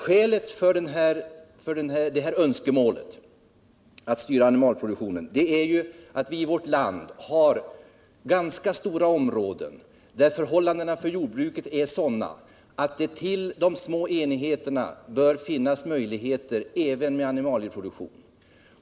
Skälet för önskemålet att styra animalieproduktionen är att vi i vårt land har ganska stora områden, där förhållandena för jordbruket är sådana att det bör finnas möjligheter för de små enheterna att bedriva även animalieproduktion.